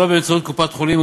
שלא באמצעות קופת-חולים,